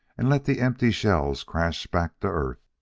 and let the empty shells crash back to earth.